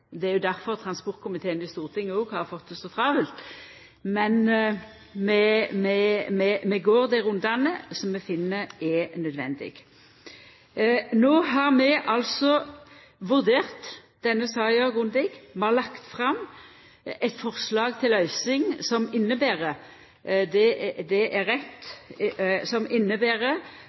Det er jo difor transportkomiteen i Stortinget har fått det så travelt. Men vi går dei rundane som vi finn er nødvendige. No har vi vurdert denne saka grundig. Vi har lagt fram eit forslag til løysing som inneber tofelts veg og alt det andre som er